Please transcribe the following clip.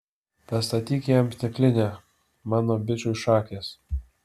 pastatyk jam stiklinę mano bičui šakės